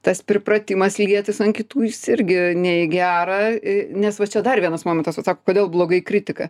tas pripratimas lietis ant kitų irgi ne į gerą nes va čia dar vienas momentas vat sako kodėl blogai kritika